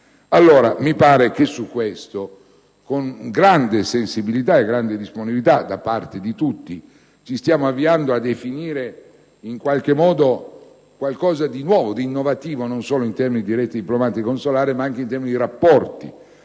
Su tutto questo, con grande sensibilità e grande disponibilità da parte di tutti, ci stiamo avviando a definire in qualche modo qualcosa di nuovo, di innovativo, non solo in termini di reti diplomatiche e consolari ma anche di rapporti